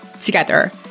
together